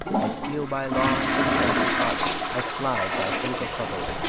i steal by lawns and grassy plots, i slide by hazel covers,